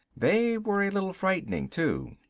they were a little frightening, too.